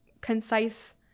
concise